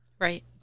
right